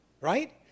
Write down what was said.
right